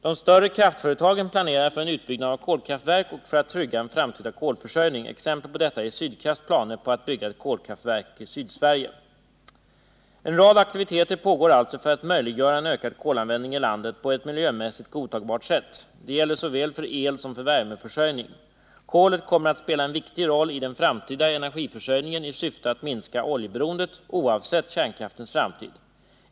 De större kraftföretagen planerar för en utbyggnad av kolkraftverk och för att trygga en framtida kolförsörjning. Exempel på detta är Sydkrafts planer på att bygga ett kolkraftverk i Sydsverige. En rad aktiviteter pågår alltså för att möjliggöra en ökad kolanvändning i landet på ett miljömässigt godtagbart sätt. Det gäller såväl för elsom för värmeförsörjning. Kolet kommer att spela en viktig roll i den framtida energiförsörjningen i syfte att minska oljeberoendet oavsett kärnkraftens framtid.